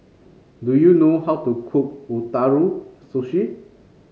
do you know how to cook Ootoro Sushi